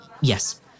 yes